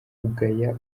ugaya